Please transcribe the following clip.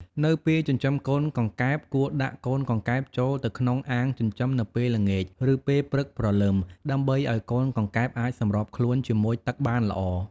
នៅពេលចិញ្ចឹមកង្កែបគួរដាក់កូនកង្កែបចូលទៅក្នុងអាងចិញ្ចឹមនៅពេលល្ងាច ឬពេលព្រឹកព្រលឹម ដើម្បីឲ្យកូនកង្កែបអាចសម្របខ្លួនជាមួយទឹកបានល្អ។